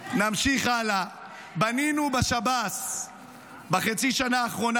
בנינו בשב"ס בחצי שנה האחרונה,